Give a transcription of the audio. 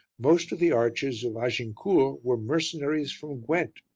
most of the archers of agincourt were mercenaries from gwent,